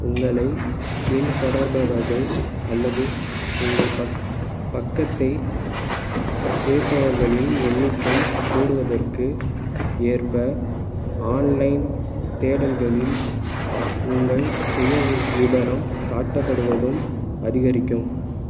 உங்களைப் பின்தொடர்பவர்கள் அல்லது உங்கள் பக்கத்தை சேர்ப்பவர்களின் எண்ணிக்கை கூடுவதற்கு ஏற்ப ஆன்லைன் தேடல்களில் உங்கள் சுயவிவரம் காட்டப்படுவதும் அதிகரிக்கும்